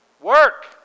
Work